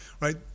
right